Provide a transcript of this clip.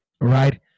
Right